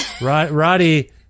Roddy